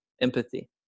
Empathy